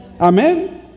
Amen